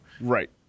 Right